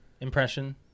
impression